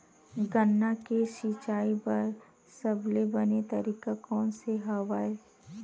गन्ना के सिंचाई बर सबले बने तरीका कोन से हवय?